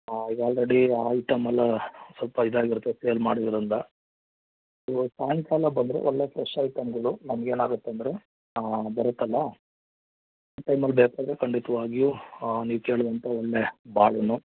ಹಾಂ ಈಗ ಆಲ್ರೆಡಿ ಆ ಐಟಂ ಎಲ್ಲ ಸ್ವಲ್ಪ ಇದಾಗಿರುತ್ತೆ ಸೇಲ್ ಮಾಡಿರೋದರಿಂದ ನೀವು ಸಾಯಂಕಾಲ ಬಂದರೆ ಒಳ್ಳೆಯ ಫ್ರೆಶ್ ಐಟಮ್ಗಳು ನಮ್ಗೆ ಏನಾಗತ್ತೆ ಅಂದರೆ ಬರುತ್ತಲ್ಲ ಆ ಟೈಮಲ್ಲಿ ಬೇಕಾದರೆ ಖಂಡಿತವಾಗಿಯೂ ನೀವು ಕೇಳಿದಂಥ ಒಳ್ಳೆಯ ಬಾಳೆಹಣ್ಣು